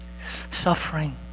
suffering